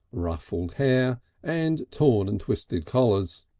ruffled hair and torn and twisted collars.